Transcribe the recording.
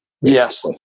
Yes